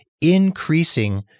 increasing